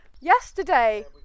Yesterday